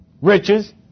riches